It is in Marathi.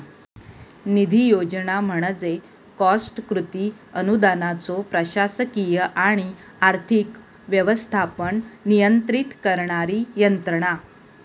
निधी योजना म्हणजे कॉस्ट कृती अनुदानाचो प्रशासकीय आणि आर्थिक व्यवस्थापन नियंत्रित करणारी यंत्रणा